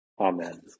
Amen